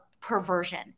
perversion